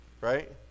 right